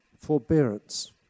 forbearance